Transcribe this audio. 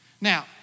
Now